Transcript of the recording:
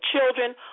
children